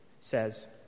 says